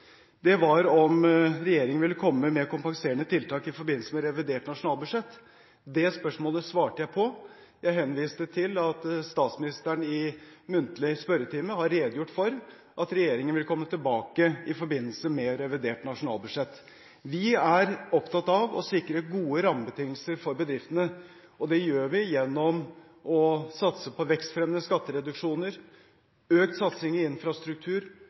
det representanten spurte om, var om regjeringen ville komme med kompenserende tiltak i forbindelse med revidert nasjonalbudsjett. Det spørsmålet svarte jeg på. Jeg henviste til at statsministeren i muntlig spørretime har redegjort for at regjeringen vil komme tilbake i forbindelse med revidert nasjonalbudsjett. Vi er opptatt av å sikre gode rammebetingelser for bedriftene, og det gjør vi gjennom å satse på vekstfremmende skattereduksjoner, økt satsing i infrastruktur